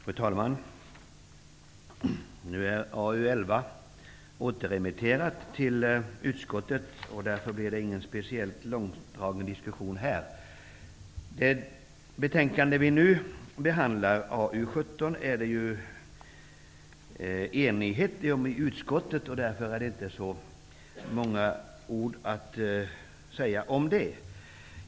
Fru talman! Därför blir inte diskussionen speciellt långdragen. Angående det betänkande som vi nu behandlar, AU17, råder det enighet i utskottet. Det finns därför ingen anledning att fälla så många ord i det sammanhanget.